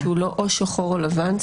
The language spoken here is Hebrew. שהוא לא או שחור או לבן?